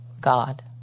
God